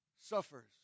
suffers